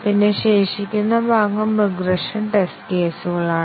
പിന്നെ ശേഷിക്കുന്ന ഭാഗം റിഗ്രഷൻ ടെസ്റ്റ് കേസുകളാണ്